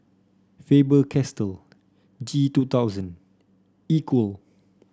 Faber Castell G two thousand Equal